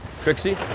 Trixie